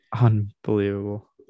Unbelievable